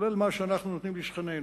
בכללם מה שאנחנו נותנים לשכנינו.